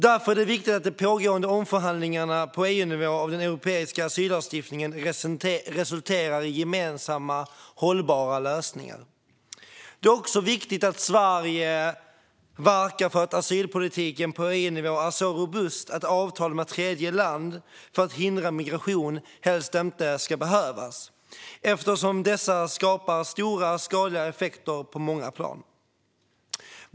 Därför är det viktigt att de pågående omförhandlingarna på EU-nivå av den europeiska asyllagstiftningen resulterar i gemensamma hållbara lösningar. Det är också viktigt att Sverige verkar för att asylpolitiken på EU-nivå är så robust att avtal med tredjeland för att hindra migration helst inte ska behövas, eftersom de skapar stora och skadliga effekter på många plan.